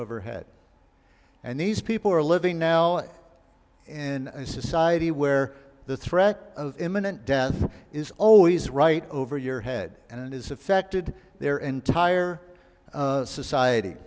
overhead and these people are living now in a society where the threat of imminent death is always right over your head and it is affected their entire society